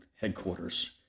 headquarters